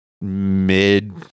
mid